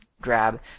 grab